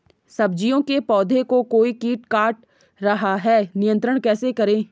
सब्जियों के पौधें को कोई कीट काट रहा है नियंत्रण कैसे करें?